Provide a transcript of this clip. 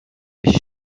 ich